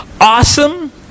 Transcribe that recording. awesome